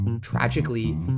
Tragically